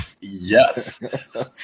yes